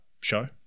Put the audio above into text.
show